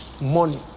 Money